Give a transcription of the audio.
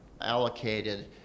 allocated